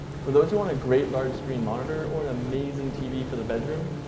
for those who want a great large screen monitor, or an amazing tv for the bedroom,